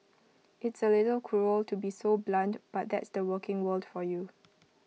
it's A little cruel to be so blunt but that's the working world for you